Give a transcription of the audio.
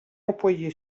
employé